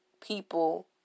people